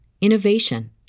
innovation